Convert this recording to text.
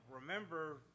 Remember